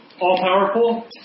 all-powerful